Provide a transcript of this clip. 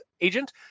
agent